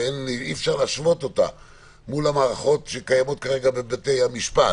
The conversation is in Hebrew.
שאי-אפשר להשוות אותה למערכות שקיימות בבתי-המשפט